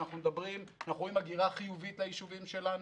אנחנו רואים הגירה חיובית ליישובים שלנו.